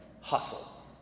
Hustle